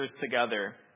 together